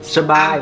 Survive